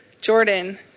Jordan